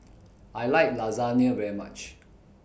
I like Lasagne very much